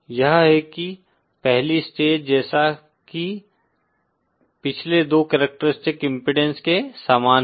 यह है की पहली स्टेज है जैसा कि पिछले दो करैक्टरिस्टिक्स इम्पीडेन्स के समान है